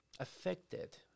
affected